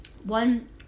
one